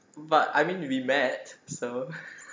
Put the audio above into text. but I mean we met so